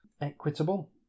equitable